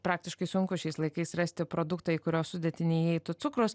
praktiškai sunku šiais laikais rasti produktą į kurio sudėtį neįeitų cukrus